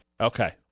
Okay